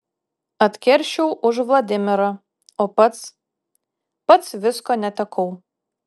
atkeršijau už vladimirą o pats pats visko netekau